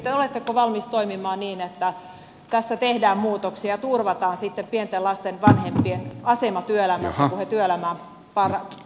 oletteko valmis toimimaan niin että tässä tehdään muutoksia ja turvataan sitten pienten lasten vanhempien asema työelämässä kun he työelämään palaavat